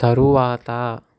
తరువాత